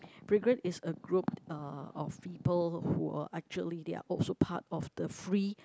freegan is a group uh of people who were actually they are also part of the free